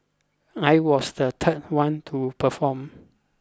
I was the third one to perform